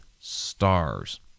stars